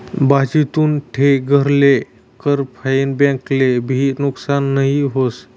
भाजतुन ठे घर लेल कर फाईन बैंक ले भी नुकसान नई व्हस